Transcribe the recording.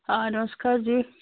ਹਾਂ ਨਮਸਕਾਰ ਜੀ